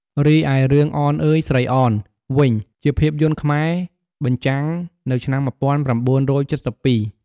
រីឯ រឿងអនអើយស្រីអន វិញ ជាភាពយន្តខ្មែរ បញ្ចាំងនៅឆ្នាំ១៩៧២ ។